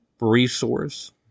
resource